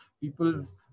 people's